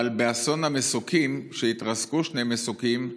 אבל באסון המסוקים, שהתרסקו בו שני מסוקים,